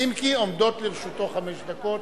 אם כי עומדות לרשותו חמש דקות.